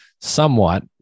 somewhat